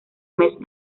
mes